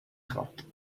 خواد